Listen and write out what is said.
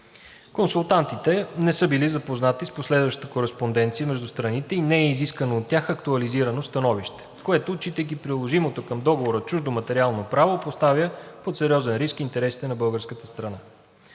Консултантите не са били запознати с последващата кореспонденция между страните и не е изискано от тях актуализирано становище, което, отчитайки приложимото към Договора чуждо материално право, поставя под сериозен риск интересите на българската страна.